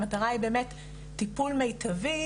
המטרה היא באמת טיפול מיטבי,